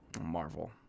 Marvel